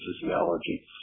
physiology